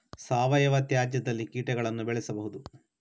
ಸಾವಯವ ತ್ಯಾಜ್ಯದಲ್ಲಿ ಕೀಟಗಳನ್ನು ಬೆಳೆಸಬಹುದು